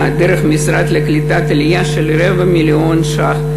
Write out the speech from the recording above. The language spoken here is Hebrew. דרך המשרד לקליטת העלייה, של רבע מיליון ש"ח.